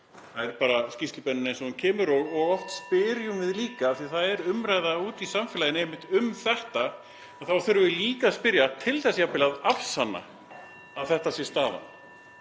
Það er bara skýrslubeiðnin eins og hún kemur fyrir og oft spyrjum við líka af því að það er umræða úti í samfélaginu einmitt um þetta og þá þurfum við líka að spyrja til þess jafnvel að afsanna að þetta sé staðan,